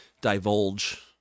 divulge